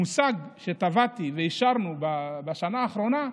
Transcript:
שהמושג שטבעתי ואישרנו בשנה האחרונה,